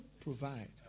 provide